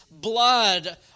blood